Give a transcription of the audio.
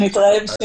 שנתראה בקרוב.